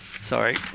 sorry